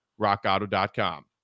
rockauto.com